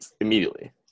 immediately